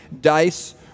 dice